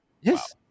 Yes